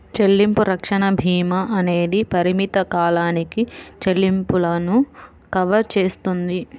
చెల్లింపు రక్షణ భీమా అనేది పరిమిత కాలానికి చెల్లింపులను కవర్ చేస్తుంది